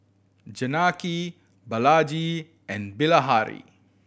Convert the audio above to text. Janaki Balaji and Bilahari